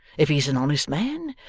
if he's an honest man,